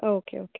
okay okay